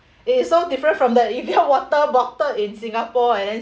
it is so different from the Evian water bottle in singapore and then